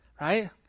right